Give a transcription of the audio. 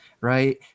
right